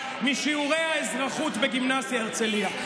משיעורי האזרחות בגימנסיה הרצליה?